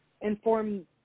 inform